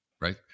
right